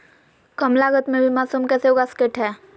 कम लगत मे भी मासूम कैसे उगा स्केट है?